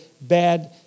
bad